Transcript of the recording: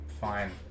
fine